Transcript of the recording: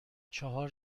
چهار